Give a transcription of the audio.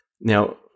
Now